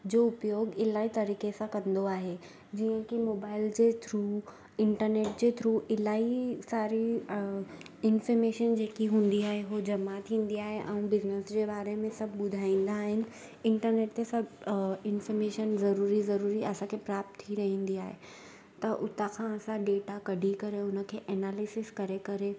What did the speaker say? जो उपयोग इलाही तरीके सां कंदो आहे जीअं की मोबाइल जे थ्रू इंटरनेट जे थ्रू इलाही सारी इंफ़ॉमेशन जेकी हूंदी आहे हू जमा थींदी आहे ऐं बिज़नस जे बारे में सभ ॿुधाईंदा आहिनि इंटरनेट ते सभु इंफॉमेशन ज़रूरी ज़रूरी असांखे प्राप्त थी रहंदी आहे त उता खां असां डेटा कढी करे हुनखे एनालिसिस करे करे